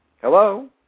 Hello